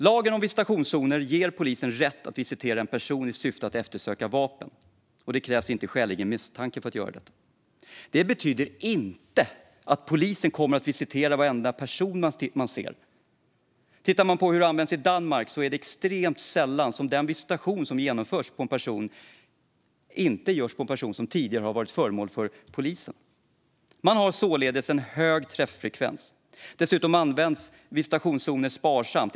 Lagen om visitationszoner ger polisen rätt att visitera en person i syfte att eftersöka vapen, och det krävs inte skälig misstanke för att göra detta. Det betyder inte att polisen kommer att visitera varenda person de ser. Tittar man på hur detta används i Danmark ser man att det är extremt sällan som en visitation genomförs av en person som inte tidigare har varit föremål för polisens insatser. Man har således en hög träffrekvens. Dessutom används visitationszoner sparsamt.